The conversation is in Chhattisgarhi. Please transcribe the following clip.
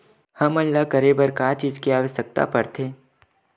हमन ला करे बर का चीज के आवश्कता परथे?